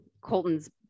Colton's